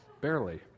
Barely